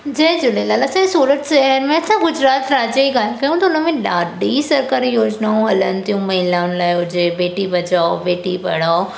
जय झूलेलाल असांजे सूरत शहर में छा गुजरात राज्य ई ॻाल्हि कयूं त हुनमें ॾाढी सरकारी योजनाऊं हलनि थियूं महिलाउनि लाइ हुजे बेटी बचाओ बेटी पढ़ाओ